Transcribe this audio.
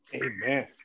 Amen